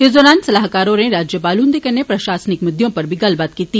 इस दौरान सलाहकार होरें राज्यपाल हुन्दे कन्नै प्रषासनिक मुद्दे उप्पर गल्ल बात कीती